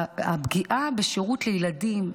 הפגיעה בשירות לילדים,